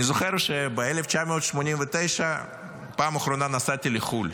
אני זוכר שב-1989 נסעתי בפעם הראשונה לחו"ל.